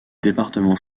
département